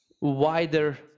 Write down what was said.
wider